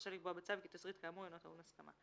רשאי לקבוע בצו כי תשריט כאמור אינו טעון הסכמה."